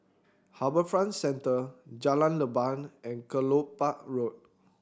HarbourFront Centre Jalan Leban and Kelopak Road